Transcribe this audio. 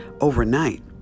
overnight